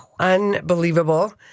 Unbelievable